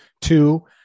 Two